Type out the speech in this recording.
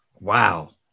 Wow